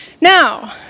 Now